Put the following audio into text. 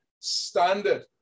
standard